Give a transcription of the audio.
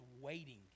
waiting